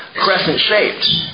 crescent-shaped